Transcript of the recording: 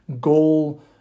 goal